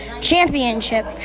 championship